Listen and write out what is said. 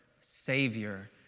Savior